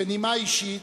בנימה אישית: